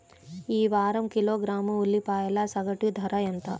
ఈ వారం కిలోగ్రాము ఉల్లిపాయల సగటు ధర ఎంత?